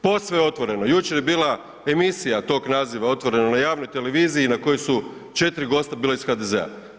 Posve otvoreno, jučer je bila emisija tog naziva „Otvoreno“ na javnoj televiziji na kojoj su 4 gosta bila iz HDZ-a.